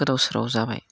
गोदाव सोराव जाबाय